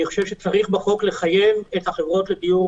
אני חושב שצריך לחייב בחוק את החברות לדיור